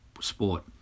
sport